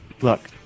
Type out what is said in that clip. Look